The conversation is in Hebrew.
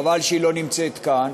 חבל שהיא לא נמצאת כאן,